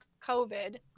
COVID